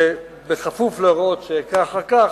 שבכפוף להוראות כך וכך,